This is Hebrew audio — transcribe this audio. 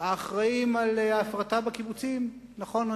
האחראים על ההפרטה בקיבוצים, נכון.